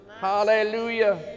Hallelujah